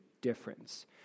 difference